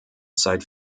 seit